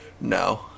No